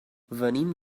venim